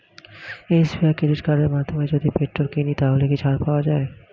SBI credit কার্ডের মাধ্যমে যদি পেট্রোল কিনি তাহলে কি ছাড় পাওয়া যায়?